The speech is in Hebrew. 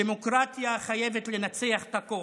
דמוקרטיה חייבת לנצח את הכוח,